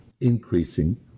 increasing